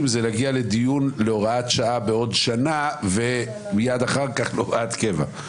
זה להגיע לדיון להוראת שעה בעוד שנה ומיד אחר כך להוראת קבע.